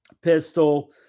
pistol